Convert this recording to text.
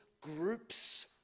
groups